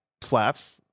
slaps